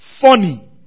funny